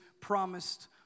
promised